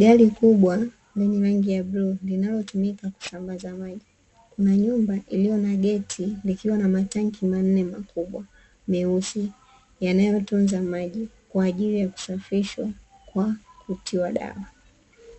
Gari kubwa lenye rangi ya bluu, linalotumika kusambaza maji. Kuna nyumba iliyo na geti likiwa na matanki manne makubwa meusi yanayotunza maji, kwa ajili ya kusafishwa kwa kutiwa dawa.